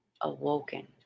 awoken